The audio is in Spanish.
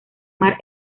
mar